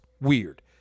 Weird